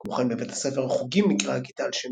כמו כן בבית הספר "חוגים" נקראה כיתה על שם